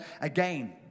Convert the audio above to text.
again